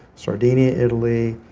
sardinia italy,